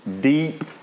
deep